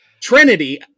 Trinity